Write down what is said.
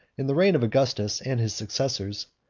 in the reign of augustus and his successors,